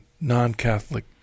non-Catholic